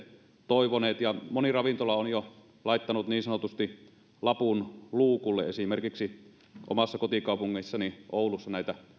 toivoneet ja moni ravintola on jo laittanut niin sanotusti lapun luukulle esimerkiksi omassa kotikaupungissani oulussa näitä